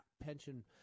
pension